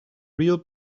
real